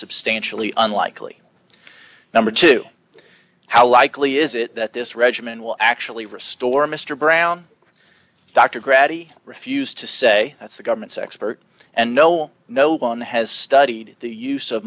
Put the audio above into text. substantially unlikely number two how likely is it that this regimen will actually restore mr brown dr grabby refused to say that's the government's expert and no no one has studied the use of